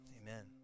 Amen